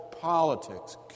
politics